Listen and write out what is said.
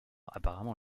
apparemment